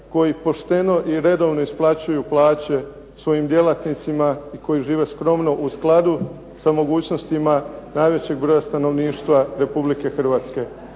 koji pošteno i redovno isplaćuju plaće svojim djelatnicima i koji žive skromno u skladu sa mogućnostima najvećeg broja stanovništva Republike Hrvatske.